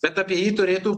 bet apie jį turėtų